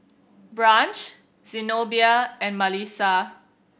Branch Zenobia and Malissa